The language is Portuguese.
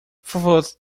favor